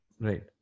Right